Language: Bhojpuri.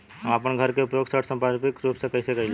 हम आपन घर के उपयोग ऋण संपार्श्विक के रूप में कइले बानी